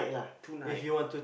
tonight